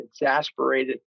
exasperated